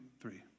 three